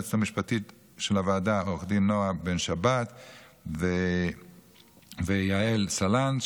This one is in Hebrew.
היועצת המשפטית של הוועדה עו"ד נועה בן שבת ועו"ד יעל סלנט,